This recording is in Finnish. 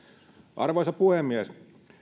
arvoisa puhemies